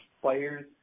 players